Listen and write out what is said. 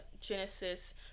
genesis